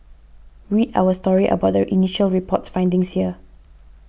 read our story about the initial report's findings here